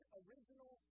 original